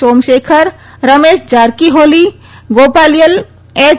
Somashekhar Ramesh Jarkiholi Gopalaiah H